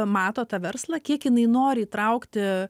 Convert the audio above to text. mato tą verslą kiek jinai nori įtraukti